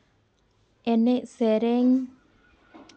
ᱮᱱᱮᱡ ᱥᱮᱨᱮᱧ